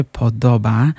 podoba